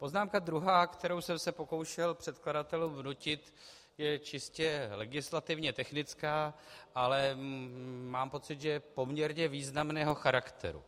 Poznámka druhá, kterou jsem se pokoušel předkladatelům vnutit, je čistě legislativně technická, ale mám pocit, že je poměrně významného charakteru.